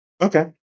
Okay